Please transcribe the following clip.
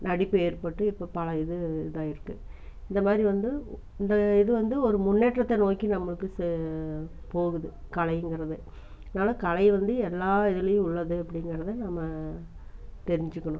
நடிப்பு ஏற்பட்டு இப்போ பல இது இதாக ஆகியிருக்கு இந்த மாதிரி வந்து இந்த இது வந்து ஒரு முன்னேற்றத்தை நோக்கி நம்மளுக்கு செ போகுது கலைங்கிறது அதனால கலை வந்து எல்லா இதுலேயும் உள்ளது அப்படிங்கிறது நம்ம தெரிஞ்சிக்கணும்